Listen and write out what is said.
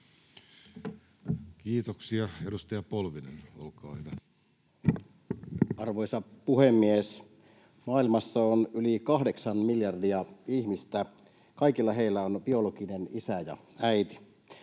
yhteiskunnassa Time: 20:12 Content: Arvoisa puhemies! Maailmassa on yli kahdeksan miljardia ihmistä. Kaikilla heillä on biologinen isä ja äiti.